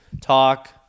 talk